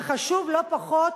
וחשוב לא פחות,